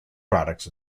products